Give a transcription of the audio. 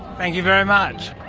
thank you very much.